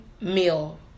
meal